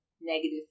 negative